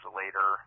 later